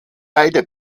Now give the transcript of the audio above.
beide